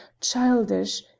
childish